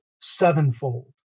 sevenfold